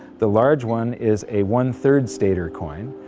the large one is a one-third stater coin,